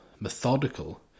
methodical